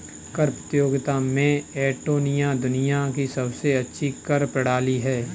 कर प्रतियोगिता में एस्टोनिया दुनिया की सबसे अच्छी कर प्रणाली है